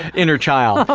inner child